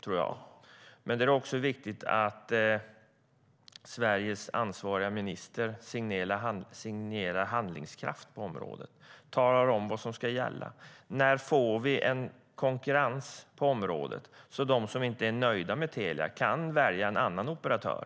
Då är det också viktigt att Sveriges ansvariga minister signalerar handlingskraft på området och talar om vad som ska gälla. När får vi konkurrens på området, så att de som inte är nöjda med Telia kan välja en annan operatör?